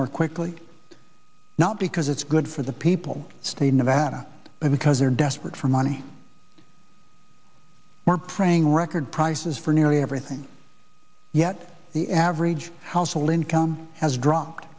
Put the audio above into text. more quickly not because it's good for the people stay in nevada because they're desperate for money more training record prices for nearly everything yet the average household income has dropped